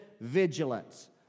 vigilance